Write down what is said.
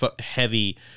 heavy